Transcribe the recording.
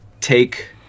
take